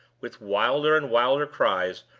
with wilder and wilder cries,